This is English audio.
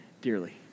dearly